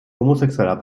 homosexueller